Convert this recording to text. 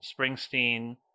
Springsteen